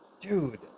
dude